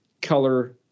color